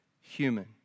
human